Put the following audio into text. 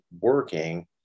working